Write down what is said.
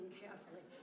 carefully